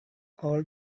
our